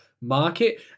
market